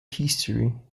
history